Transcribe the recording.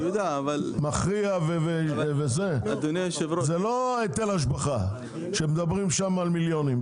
זה לא היטל השבחה שמדברים שם על מיליונים,